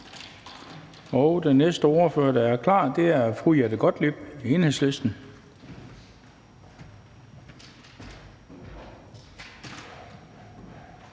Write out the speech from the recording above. Den næste ordfører, der er klar, er fru Jette Gottlieb, Enhedslisten.